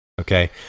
Okay